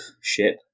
ship